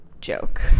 joke